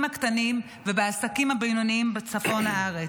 הקטנים ובעסקים הבינוניים בצפון הארץ.